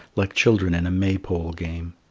like children in a maypole game.